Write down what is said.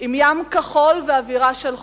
עם ים כחול ואווירה של חופש,